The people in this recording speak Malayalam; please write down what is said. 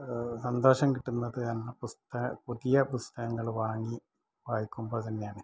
സന്തോഷം കിട്ടുന്നത് ആ പുസ്ത പുതിയ പുസ്തകങ്ങള് വാങ്ങി വായിക്കുമ്പോൾ തന്നെയാണ്